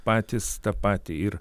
patys tą patį ir